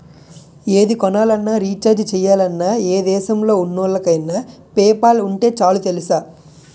ఏది కొనాలన్నా, రీచార్జి చెయ్యాలన్నా, ఏ దేశంలో ఉన్నోళ్ళకైన పేపాల్ ఉంటే చాలు తెలుసా?